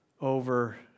over